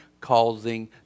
causing